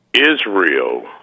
Israel